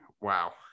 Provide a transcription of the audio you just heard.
Wow